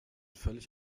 völlig